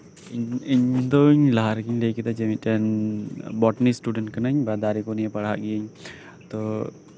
ᱤᱧ ᱤᱧ ᱫᱚ ᱞᱟᱦᱟᱨᱮᱜᱤᱧ ᱞᱟᱹᱭ ᱠᱮᱫᱟ ᱤᱧ ᱫᱚ ᱢᱤᱫᱴᱟᱱ ᱵᱳᱴᱟᱱᱤ ᱤᱥᱴᱩᱰᱮᱱᱴ ᱠᱟᱱᱟᱧ ᱵᱟ ᱫᱟᱨᱮ ᱠᱚ ᱱᱤᱭᱟ ᱯᱟᱲᱦᱟᱜ ᱜᱮᱭᱟᱹᱧ ᱛᱚ